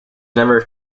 never